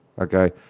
Okay